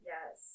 Yes